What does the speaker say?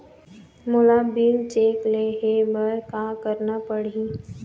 मोला bill check ले हे बर का करना पड़ही ही?